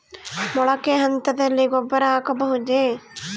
ಮೊಳಕೆ ಹಂತದಲ್ಲಿ ಗೊಬ್ಬರ ಹಾಕಬಹುದೇ?